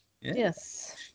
Yes